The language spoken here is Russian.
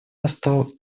настал